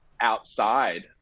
outside